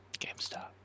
GameStop